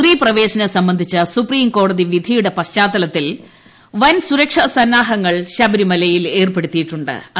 സ്ത്രീ പ്രവേശനം സംബന്ധിച്ച സുപ്രിംകോടതി വിധിയുടെ പശ്ചാത്തലത്തിൽ വൻ സുരക്ഷാ സന്നാഹങ്ങൾ ശബരിമലയിൽ ഏർപ്പെടുത്തിയിട്ടു ്